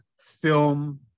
film